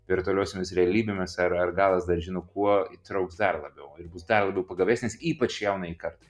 virtualiosiomis realybėmis ar ar ar galas dar žino kuo įtrauks dar labiau ir bus dar labiau pagavesnis ypač jaunajai kartai